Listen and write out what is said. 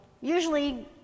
usually